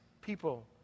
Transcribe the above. people